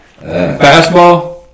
fastball